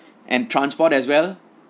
and transport as well